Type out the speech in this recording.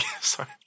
sorry